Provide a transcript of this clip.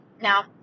Now